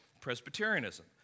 Presbyterianism